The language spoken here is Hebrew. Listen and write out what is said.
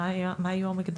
מה היו המקדמות?